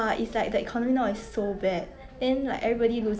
工作很难现在 like